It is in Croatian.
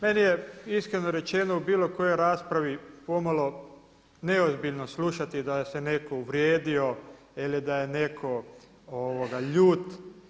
Meni je iskreno rečeno u bilo kojoj raspravi pomalo neozbiljno slušati da se netko uvrijedio ili da je netko ljut.